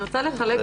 מבחינת